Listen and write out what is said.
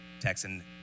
Texan